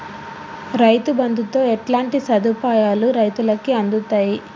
రైతు బంధుతో ఎట్లాంటి సదుపాయాలు రైతులకి అందుతయి?